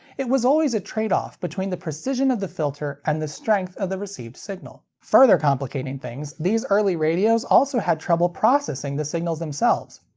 it was always a tradeoff between the precision of the filter, and the strength of the received signal. further complicating things, these early radios also had trouble processing the signals themselves.